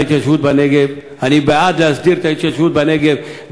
אני הייתי בעד הסדרת ההתיישבות בנגב,